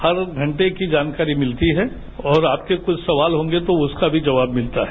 हर घंटे की जानकारी मिलती है और आपके कुछ सवाल होंगे तो उसका भी जबाव मिलता है